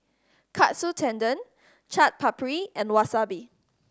Katsu Tendon Chaat Papri and Wasabi